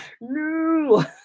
no